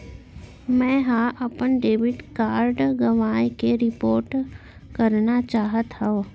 मै हा अपन डेबिट कार्ड गवाएं के रिपोर्ट करना चाहत हव